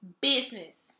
business